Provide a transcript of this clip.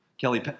Kelly